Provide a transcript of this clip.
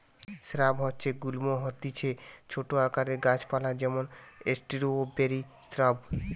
shrub বা গুল্ম হতিছে ছোট আকারের গাছ পালা যেমন স্ট্রওবেরি শ্রাব